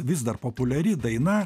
vis dar populiari daina